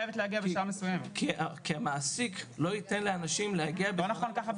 כי המעסיק לא ייתן לאנשים להגיע --- לא נכון.